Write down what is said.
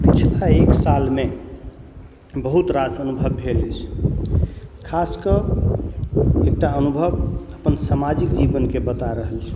पिछला एक सालमे बहुत रास अनुभव भेल अछि खासकऽ एकटा अनुभव अपन समाजिक जीवनके बता रहल छी